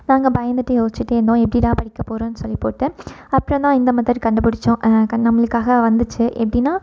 நாங்கள் பயந்துகிட்டு யோஸ்சிட்டே இருந்தோம் எப்படிடா படிக்கப் போறோன் சொல்லிப்போட்டு அப்பறந்தான் இந்த மெத்தேடு கண்டுபிடிச்சோம் கண் நம்மளுக்காக வந்துச்சு எப்படின்னா